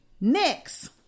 next